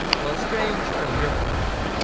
well, strange from your point of view.